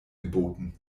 geboten